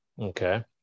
okay